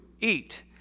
eat